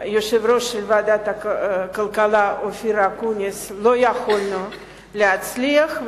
יושב-ראש ועדת הכלכלה אופיר אקוניס לא יכולנו להצליח,